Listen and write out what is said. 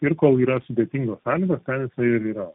ir kol yra sudėtingos sąlygos ten jisai ir yra